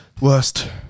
worst